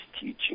teaching